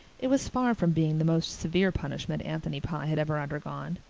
it was far from being the most severe punishment anthony pye had ever undergone.